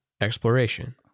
exploration